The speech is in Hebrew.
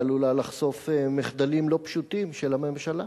כי היא עלולה לחשוף מחדלים לא פשוטים של הממשלה.